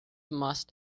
must